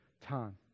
time